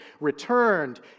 returned